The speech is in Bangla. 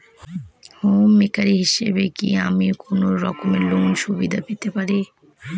হোম মেকার হিসেবে কি আমি কোনো রকম লোনের সুবিধা পেতে পারি?